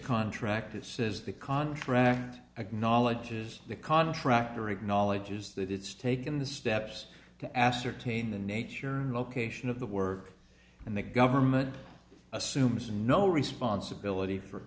contractors says the contractor knowledge is the contractor acknowledges that it's taken the steps to ascertain the nature and location of the work and the government assumes no responsibility for